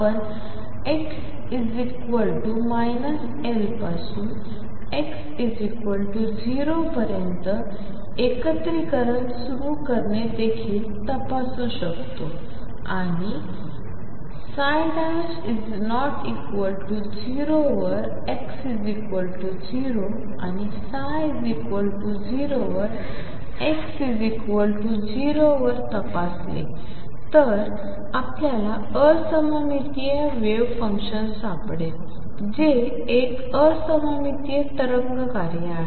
आपण x L पासून x0 पर्यंत एकत्रीकरण सुरू करणे देखील तपासू शकता आणि ≠0वर x0 आणि ψ0 वर x 0 वर तपासले तर आपल्याला असममितीय वेव्ह फंक्शन सापडेल जे एक असममितीय तरंग कार्य आहे